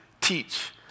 teach